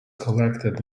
collected